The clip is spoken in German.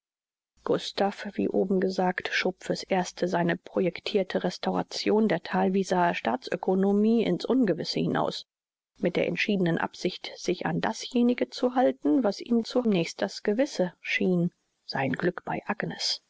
gustav wie oben gesagt schob für's erste seine projectirte restauration der thalwieser staatsöconomie in's ungewisse hinaus mit der entschiedenen absicht sich an dasjenige zu halten was ihm zunächst das gewisse schien sein glück bei agnes